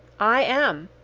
i am.